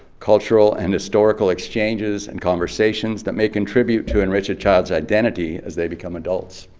cultural and historical exchanges and conversations that may contribute to enrich a child's identity as they become adults.